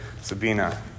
Sabina